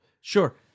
sure